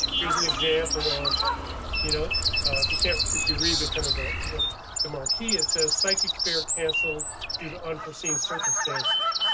here's an example of you know if you can't. if you read the kind of the the marquee it says psychic fair cancelled due to unforeseen circumstances.